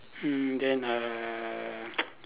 mm then err